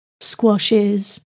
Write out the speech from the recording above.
squashes